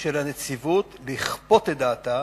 של הנציבות לכפות את דעתה